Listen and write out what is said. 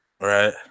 right